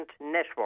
Network